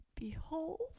behold